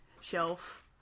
shelf